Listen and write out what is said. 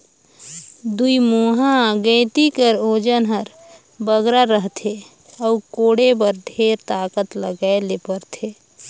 दुईमुहा गइती कर ओजन हर बगरा रहथे अउ कोड़े बर ढेर ताकत लगाए ले परथे